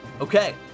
Okay